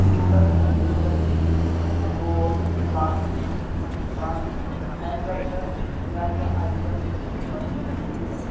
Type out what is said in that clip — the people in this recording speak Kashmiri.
کیوٗبر اِنڈسٹریٖز گول پلاسٹِک رنٛگ ہینٛگر کَر میانہِ آیٹم لسٹہٕ منٛز ڈیلیٖٹ